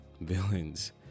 villains